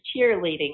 cheerleading